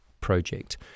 project